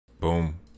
Boom